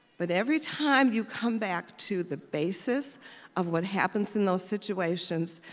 but every time you come back to the basis of what happens in those situations,